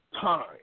time